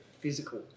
physical